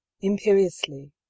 imperiously